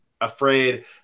afraid